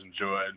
enjoyed